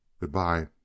Goodbye